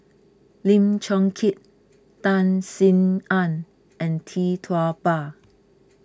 Lim Chong Keat Tan Sin Aun and Tee Tua Ba